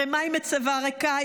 הרי מהי מצבה ריקה,